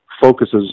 focuses